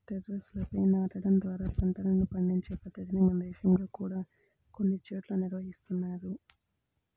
టెర్రస్లపై నాటడం ద్వారా పంటలను పండించే పద్ధతిని మన దేశంలో కూడా కొన్ని చోట్ల నిర్వహిస్తున్నారు